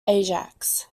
ajax